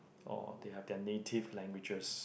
or they have their native languages